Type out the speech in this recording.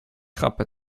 grappen